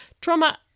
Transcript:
trauma